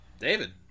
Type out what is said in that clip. David